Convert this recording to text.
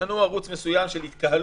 מנעו ערוץ מסוים של התקהלות.